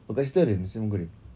oh kat situ ada nasi sambal goreng